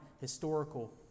historical